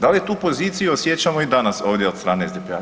Da li tu poziciju osjećamo i danas ovdje od strane SDP-a?